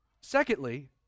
Secondly